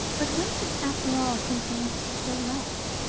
but winsett's, after all, contained still less,